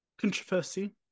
controversy